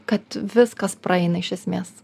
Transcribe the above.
kad viskas praeina iš esmės